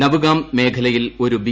നവ്ഗാം മേഖലയിൽ ഒരു ബി